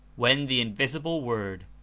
when the invisible word,